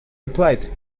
replied